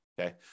okay